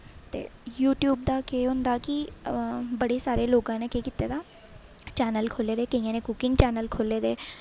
ते यूट्यूब दा केह् होंदा कि बड़े सारे लोगां ने केह् कीते दा चैनल खोह्ले दे केइयां ने कुकिंग चैनल खोह्ले दे